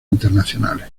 internacionales